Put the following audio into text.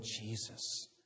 Jesus